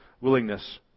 willingness